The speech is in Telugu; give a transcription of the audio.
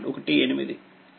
18చిత్రం 4